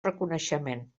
reconeixement